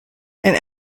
and